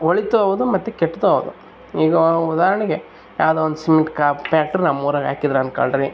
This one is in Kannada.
ಒಳಿತು ಹೌದು ಮತ್ತು ಕೆಟ್ದು ಹೌದು ಈಗ ಉದಾಹರಣೆಗೆ ಯಾವುದೇ ಒಂದು ಸಿಮೆಂಟ್ ಕಾ ಫ್ಯಾಕ್ಟ್ರಿ ನಮ್ಮೂರಾಗ್ ಹಾಕಿದ್ರು ಅನ್ಕೊಳ್ರಿ